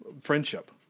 friendship